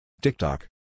TikTok